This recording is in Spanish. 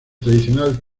tradicional